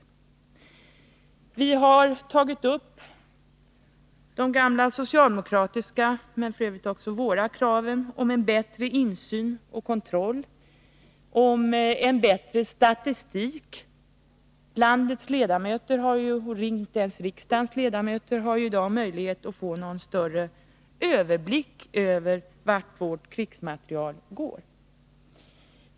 Vi har tagit upp de gamla socialdemokratiska kraven, men f. ö. också våra krav, på en bättre insyn och kontroll och på en bättre statistik. Inte ens riksdagens ledamöter har i dag möjlighet att få någon större överblick över vart vår krigsmateriel går.